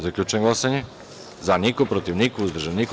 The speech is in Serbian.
Zaključujem glasanje: za – niko, protiv – niko, uzdržan – niko.